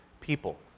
people